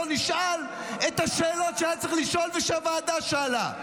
נשאל את השאלות שהיה צריך לשאול ושהוועדה שאלה.